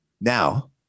Now